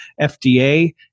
FDA